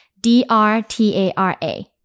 d-r-t-a-r-a